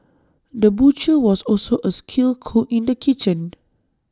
the butcher was also A skilled cook in the kitchen